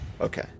Okay